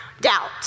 doubt